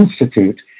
Institute